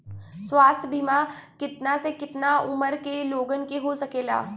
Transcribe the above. स्वास्थ्य बीमा कितना से कितना उमर के लोगन के हो सकेला?